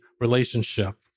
relationship